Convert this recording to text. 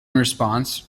response